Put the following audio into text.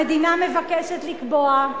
המדינה מבקשת לקבוע,